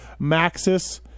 Maxis